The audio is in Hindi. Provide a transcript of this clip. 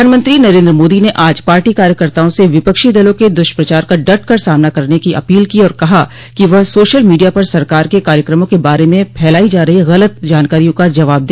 प्रधानमंत्री नरेन्द्र मोदी ने आज पार्टी कार्यकर्ताओं से विपक्षी दलों के दुष्प्रचार का डट कर सामना करने की अपील की और कहा कि वह सोशल मीडिया पर सरकार के कार्यक्रमों के बारे में फैलाई जा रही गलत जानकारियों का जवाब दे